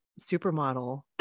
supermodel